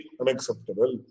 unacceptable